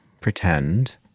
pretend